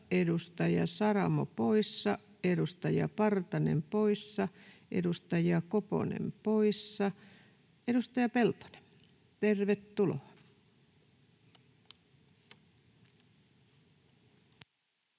edustaja Saramo poissa, edustaja Partanen poissa, edustaja Koponen poissa. — Edustaja Peltonen, tervetuloa.